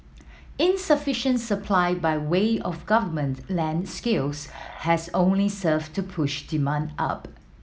insufficient supply by way of government land skills has only served to push demand up